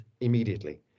immediately